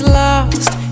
lost